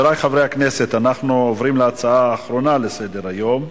נעבור להצעה האחרונה בסדר-היום,